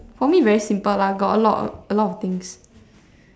for me very simple lah got a lot got a lot of things